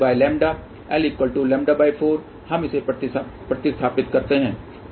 तोβ2πλ lλ4 हम इसे प्रतिस्थापित करते हैं